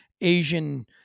Asian